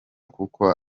kuko